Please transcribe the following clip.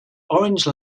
orange